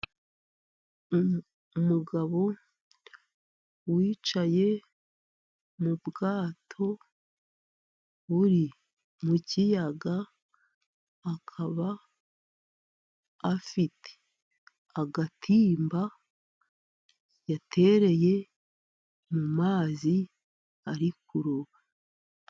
Umugabo wicaye mu bwato buri mu kiyaga, akaba afite agatimba yatereye mu mazi ari kuroba.